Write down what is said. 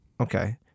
okay